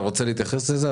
אתה רוצה להתייחס לזה?